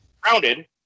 Grounded